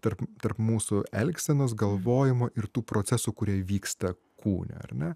tarp tarp mūsų elgsenos galvojimo ir tų procesų kurie vyksta kūne ar ne